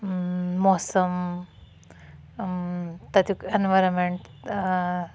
موسَم تتیُک ایٚنورَمنٹ